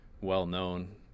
well-known